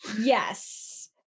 Yes